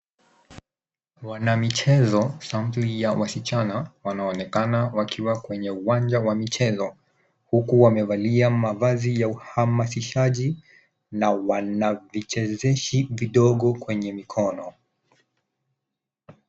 Wanamichezo, sampuli ya wasichana, wanaonekana wakiwa kwenye uwanja wa michezo, huku wamevalia mavazi ya uhamasishaji na wanavichezeshi vidogo kwenye mikono.